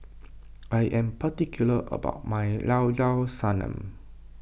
I am particular about my Llao Llao Sanum